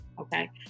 Okay